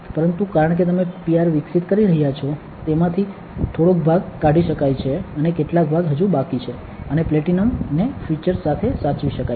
પરંતુ કારણ કે તમે PR વિકસિત કરી રહ્યા છો તેમાંથી થોડોક ભાગ કાઢી શકાય છે અને કેટલોક ભાગ હજી બાકી છે અને પ્લેટિનમ ને ફિચર્સ સાથે સાચવી શકાય છે